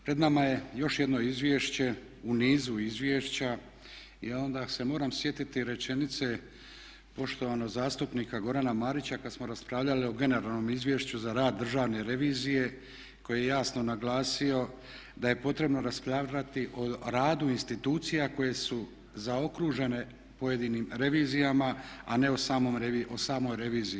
Pred nama je još jedno izvješće u nizu izvješća i onda se moram sjetiti rečenice poštovanog zastupnika Gorana Marića kad smo raspravljali o generalnom Izvješću za rad Državne revizije koji je jasno naglasio da je potrebno raspravljati o radu institucija koje su zaokružene pojedinim revizijama a ne o samoj reviziji.